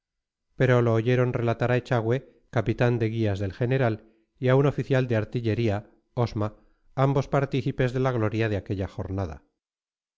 pero lo oyeron relatar a echagüe capitán de guías del general y a un oficial de artillería osma ambos partícipes de la gloria de aquella jornada